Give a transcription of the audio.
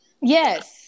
Yes